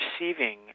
receiving